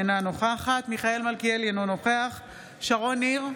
אינה נוכחת מיכאל מלכיאלי, אינו נוכח שרון ניר,